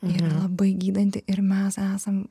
yra labai gydanti ir mes esam